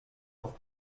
auf